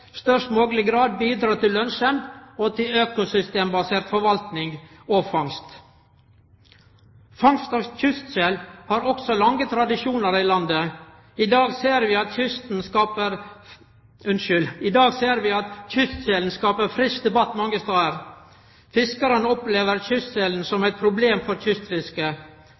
størst mogleg grad bidreg til lønsemd og til økosystembasert forvaltning og fangst. Fangst av kystsel har også lange tradisjonar i landet. I dag ser vi at kystselen skapar frisk debatt mange stader. Fiskarane opplever kystselen som eit problem for kystfisket.